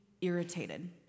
irritated